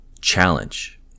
challenge